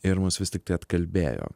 ir mus vis tiktai atkalbėjo